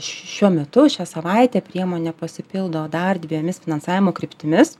šiuo metu šią savaitę priemonė pasipildo dar dvejomis finansavimo kryptimis